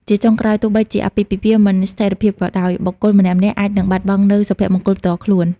ជាចុងក្រោយ ទោះបីជាអាពាហ៍ពិពាហ៍មានស្ថិរភាពក៏ដោយ បុគ្គលម្នាក់ៗអាចនឹងបាត់បង់នូវសុភមង្គលផ្ទាល់ខ្លួន។